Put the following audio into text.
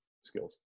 skills